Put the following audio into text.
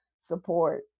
support